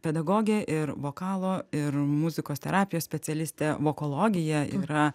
pedagogė ir vokalo ir muzikos terapijos specialistė vokologija yra